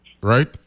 right